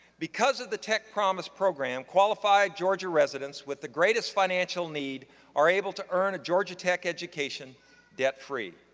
because of the tech promise program, qualified georgia residents with the greatest financial need are able to earn a georgia tech education debt free.